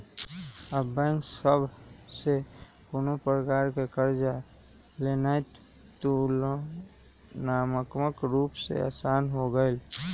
अब बैंक सभ से कोनो प्रकार कें कर्जा लेनाइ तुलनात्मक रूप से असान हो गेलइ